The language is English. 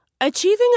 Achieving